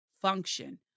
function